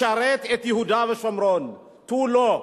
לשרת את יהודה ושומרון ותו לא.